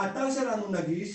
האתר שלנו נגיש,